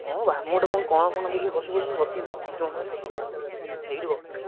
ହଁ ବା ମୁଁ ଗୋଟେ କ'ଣ କଣଫଣ ଦେଖିକି ବସି ପଡ଼ିବି ବସିିକି ଗପିବି ତୁମ ସାଙ୍ଗରେ ଏଇଠି ଗପିବି